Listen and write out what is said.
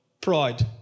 pride